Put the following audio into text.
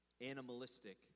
Animalistic